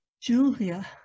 Julia